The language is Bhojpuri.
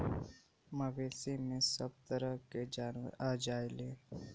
मवेसी में सभ तरह के जानवर आ जायेले